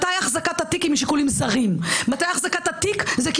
מתי החזקת התיק היא משיקולים זרים.